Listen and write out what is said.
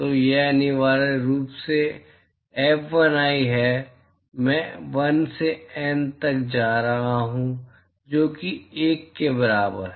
तो यह अनिवार्य रूप से F1i है मैं 1 से N तक जा रहा हूं जो कि 1 के बराबर है